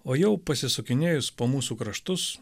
o jau pasisukinėjus po mūsų kraštus